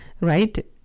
right